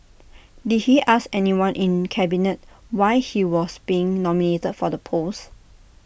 did he ask anyone in cabinet why he was being nominated for the post